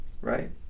right